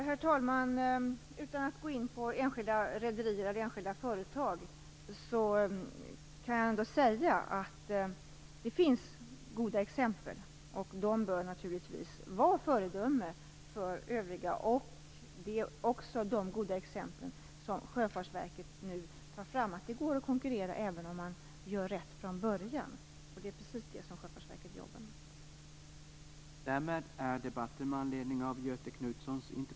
Herr talman! Utan att gå in på enskilda rederier och företag kan jag ändå säga att det finns goda exempel som naturligtvis bör vara föredömen för övriga rederier. Det är också dessa goda exempel som Sjöfartsverket nu tar fram. Det går att konkurrera även om man gör rätt från början, och det är precis det som Sjöfartsverket jobbar med.